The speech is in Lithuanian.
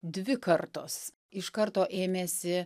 dvi kartos iš karto ėmėsi